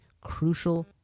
crucial